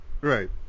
Right